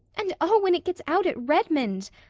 and, oh, when it gets out at redmond!